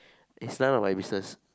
it's none of my business